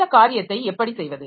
இந்த காரியத்தை எப்படி செய்வது